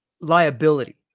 liability